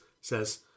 says